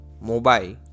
mobile